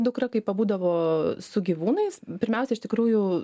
dukra kaip pabūdavo su gyvūnais pirmiausia iš tikrųjų